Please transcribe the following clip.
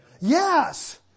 Yes